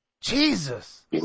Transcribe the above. jesus